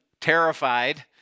terrified